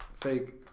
fake